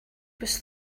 was